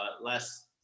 less